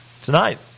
Tonight